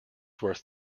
worth